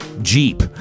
Jeep